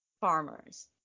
farmers